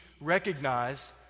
recognize